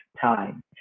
time